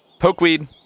Pokeweed